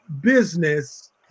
business